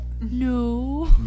No